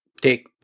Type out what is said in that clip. take